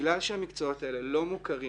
בגלל שהמקצועות האלה לא מוכרים,